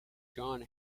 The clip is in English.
jon